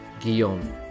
Guillaume